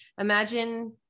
imagine